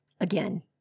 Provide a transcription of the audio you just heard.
Again